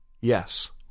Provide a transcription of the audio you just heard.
Yes